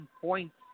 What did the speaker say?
points